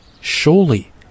Surely